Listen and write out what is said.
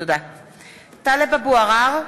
(קוראת בשמות חברי הכנסת) טלב אבו עראר,